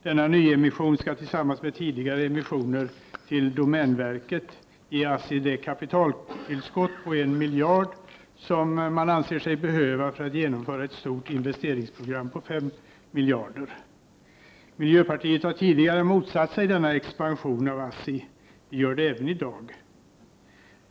Denna nyemission skall tillsammans med tidigare nyemission till domänverket ge ASSI det kapitaltillskott på en miljard som man anser sig behöva för att genomföra ett stort nyinvesteringsprogram på 5 miljarder kronor. Miljöpartiet har tidigare motsatt sig denna expansion av ASSI. Vi gör det även i dag.